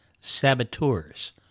saboteurs